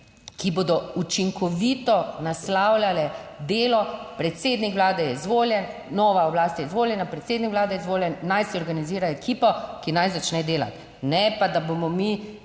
ki bodo učinkovito naslavljale delo, predsednik Vlade je izvoljen, nova oblast je izvoljena, predsednik Vlade izvoljen, naj si organizira ekipo, ki naj začne delati. Ne pa, da bomo mi